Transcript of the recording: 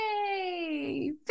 yay